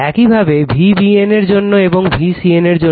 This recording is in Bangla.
একইভাবে VBN এর জন্য এবং একইভাবে VCN এর জন্য